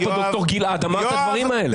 היה פה דוקטור גלעד ואמר את הדברים האלה.